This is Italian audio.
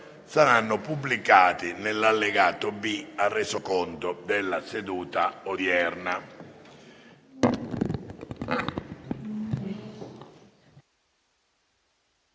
saranno pubblicati nell'allegato B al Resoconto della seduta odierna.